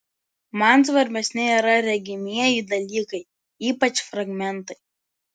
man svarbesni yra regimieji dalykai ypač fragmentai